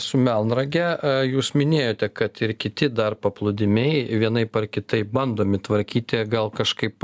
su melnrage jūs minėjote kad ir kiti dar paplūdimiai vienaip ar kitaip bandomi tvarkyti gal kažkaip